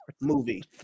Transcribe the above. movie